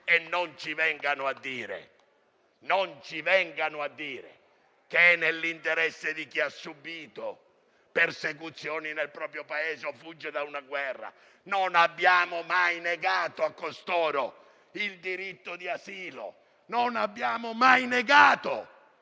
e non ci vengano a dire che è nell'interesse di chi ha subito persecuzioni nel proprio Paese o fugge da una guerra. Non abbiamo mai negato a costoro il diritto di asilo. Non abbiamo mai negato